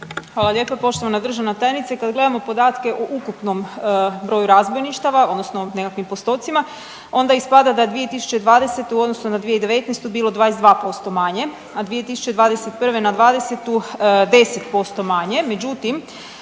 Hvala lijepo. Poštovana državna tajnice kad gledamo podatke u ukupnom broju razbojništava odnosno nekakvim postocima onda ispada da 2020. u odnosu na 2019. bilo 22% manje, a 2021. na '20. 10% manje.